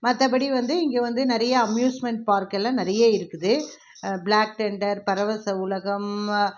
மற்றப்படி வந்து இங்கே வந்து நிறைய அம்யூஸ்மெண்ட் பார்க் எல்லாம் நிறைய இருக்குது பிளாக் தெண்டர் பரவச உலகம்